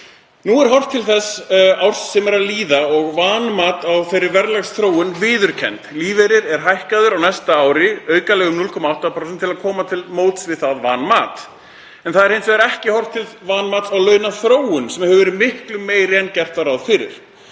Nú er horft til þess árs sem er að líða og vanmat á þeirri verðlagsþróun viðurkennd. Lífeyrir er hækkaður á næsta ári aukalega um 0,8% til að koma til móts við það vanmat. En það er hins vegar ekki horft til vanmats á launaþróun sem hefur verið miklu meiri en gert var ráð fyrir.